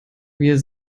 wir